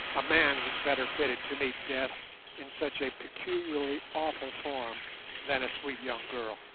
a man was better fitted to meet death in such a peculiarly awful form than a sweet young girl.